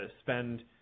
spend